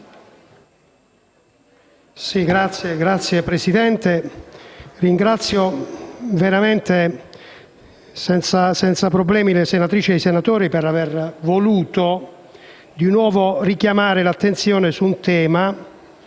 Signor Presidente, ringrazio veramente senza problemi le senatrici e i senatori per aver voluto richiamare nuovamente l'attenzione su un tema,